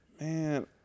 Man